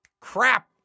crap